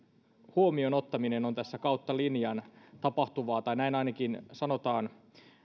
huomioon ottaminen on tässä kautta linjan tapahtuvaa tai näin ainakin sanotaan